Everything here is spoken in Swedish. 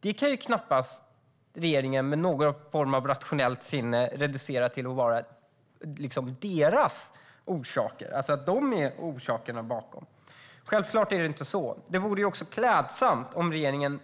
Detta kan knappast regeringen med någon form av rationellt sinne reducera till att vara något som regeringen själv är orsak till. Självklart är det inte så. Det vore också klädsamt om regeringen